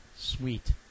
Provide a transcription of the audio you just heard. Sweet